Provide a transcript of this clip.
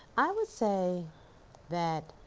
i would say that